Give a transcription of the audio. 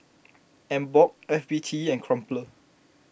Emborg F B T and Crumpler